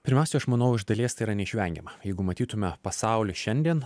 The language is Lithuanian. pirmiausiai aš manau iš dalies tai yra neišvengiama jeigu matytume pasaulį šiandien